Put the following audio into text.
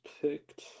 picked